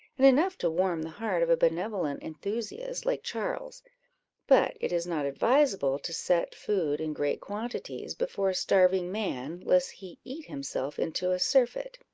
and enough to warm the heart of a benevolent enthusiast like charles but it is not advisable to set food in great quantities before a starving man, lest he eat himself into a surfeit.